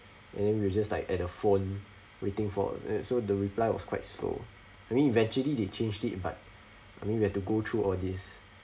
and then we just like at the phone waiting for it so the reply was quite slow I mean eventually they changed it but I mean we have to go through all this